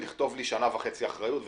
לכתוב שנה וחצי אחריות ותודה.